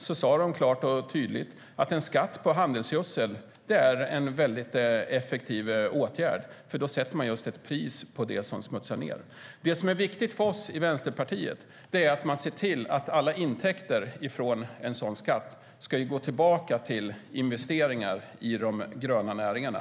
Då sa de klart och tydligt att en skatt på handelsgödsel är en väldigt effektiv åtgärd; därigenom sätter man ett pris på det som smutsar ned. Det som är viktigt för oss i Vänsterpartiet är att man ser till att alla intäkter från en sådan skatt ska gå tillbaka till investeringar i de gröna näringarna.